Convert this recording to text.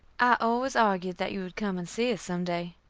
i always argued that you would come and see us some day.